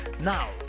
Now